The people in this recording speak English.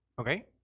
Okay